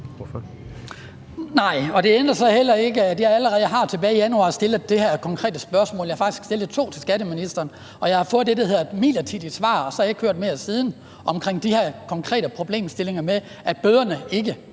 (DF): Nej, og det ændrer så heller ikke på, at jeg allerede tilbage i januar har stillet det her konkrete spørgsmål – jeg har faktisk stillet to spørgsmål til skatteministeren. Og jeg har fået det, der hedder et midlertidigt svar, og siden har jeg så ikke hørt mere om de her konkrete problemstillinger, med hensyn til at bøderne ikke